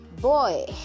boy